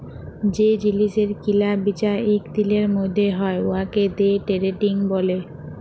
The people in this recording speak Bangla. যে জিলিসের কিলা বিচা ইক দিলের ম্যধে হ্যয় উয়াকে দে টেরেডিং ব্যলে